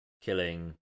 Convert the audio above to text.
killing